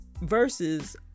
versus